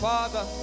Father